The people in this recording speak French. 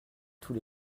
tous